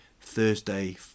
Thursday